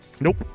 Nope